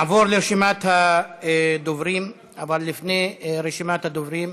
נעבור לרשימת הדוברים, אבל לפני רשימת הדוברים,